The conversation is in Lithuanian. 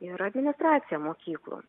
ir administracija mokyklų